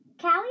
Callie